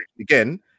again